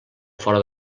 fora